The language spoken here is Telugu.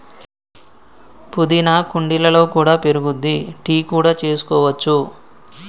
పుదీనా కుండీలలో కూడా పెరుగుద్ది, టీ కూడా చేసుకోవచ్చు